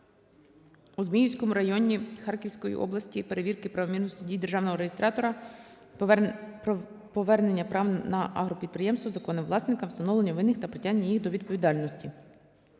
у Зміївському районі Харківської області, перевірки правомірності дій державного реєстратора, повернення прав на агропідприємство законним власникам, встановлення винних та притягнення їх до відповідальності.